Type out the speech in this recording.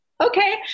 Okay